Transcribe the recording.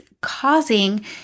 causing